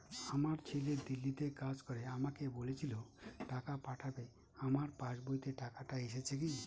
আমার ছেলে দিল্লীতে কাজ করে আমাকে বলেছিল টাকা পাঠাবে আমার পাসবইতে টাকাটা এসেছে কি?